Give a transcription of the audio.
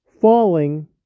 falling